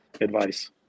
advice